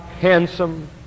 handsome